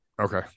Okay